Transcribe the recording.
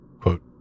quote